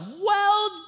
Well